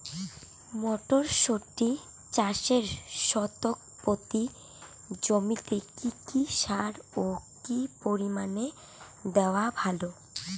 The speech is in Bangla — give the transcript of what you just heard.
মটরশুটি চাষে শতক প্রতি জমিতে কী কী সার ও কী পরিমাণে দেওয়া ভালো?